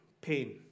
pain